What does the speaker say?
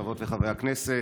חברות וחברי הכנסת,